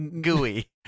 gooey